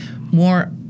more